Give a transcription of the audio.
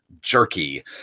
Jerky